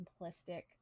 simplistic